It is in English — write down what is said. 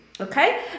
Okay